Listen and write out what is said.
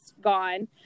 gone